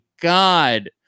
god